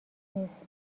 نیست